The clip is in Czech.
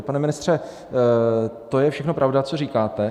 Pane ministře, to je všechno pravda, co říkáte.